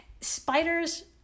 spiders